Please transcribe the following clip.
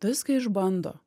viską išbando